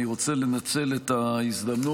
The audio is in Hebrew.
אני רוצה לנצל את ההזדמנות